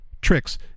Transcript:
tricks